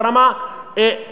או ברמה השוויונית.